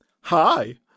Hi